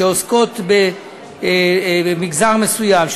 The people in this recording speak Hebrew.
שעוסקות בתחום מסוים,